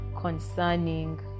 concerning